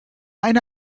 eine